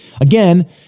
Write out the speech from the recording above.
Again